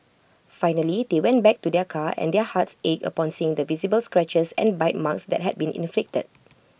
finally they went back to their car and their hearts ached upon seeing the visible scratches and bite marks that had been inflicted